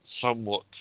somewhat